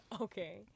okay